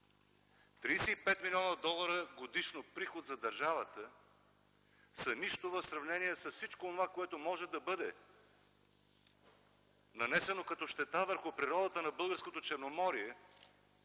пет милиона долара годишно приход за държавата са нищо в сравнение с всичко онова, което може да бъде нанесено като щета върху природата на българското Черноморие,